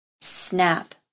snap